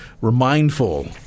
remindful